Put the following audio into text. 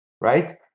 right